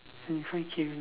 twenty five K only